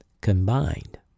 combined